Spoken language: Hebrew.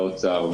האוצר,